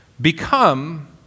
become